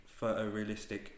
photorealistic